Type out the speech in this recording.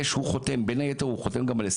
הוא חותם בין היתר על הסכמים.